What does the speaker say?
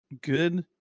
good